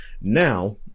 Now